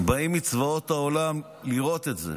לכל זרועות הביטחון גם על פעולת החילוץ,